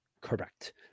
Correct